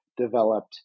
developed